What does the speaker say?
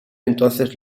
entonces